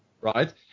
Right